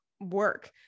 work